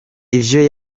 ivyo